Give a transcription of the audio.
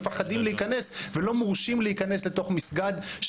מפחדים להיכנס ולא מורשים להיכנס לתוך מסגד.